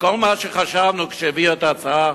לכל מה שחשבנו כשהביאו את ההצעה